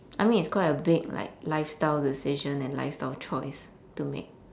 I mean it's quite a big like lifestyle decision and lifestyle choice to make